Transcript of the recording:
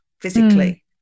physically